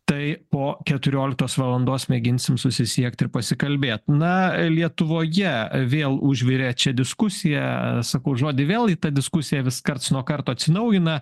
tai po keturioliktos valandos mėginsim susisiekt ir pasikalbėt na lietuvoje vėl užvirė čia diskusija sakau žodį vėl į tą diskusiją vis karts nuo karto atsinaujina